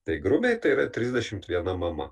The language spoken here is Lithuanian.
tai grubiai tai yra trisdešimt viena mama